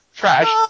trash